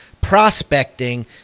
prospecting